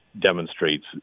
demonstrates